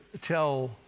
tell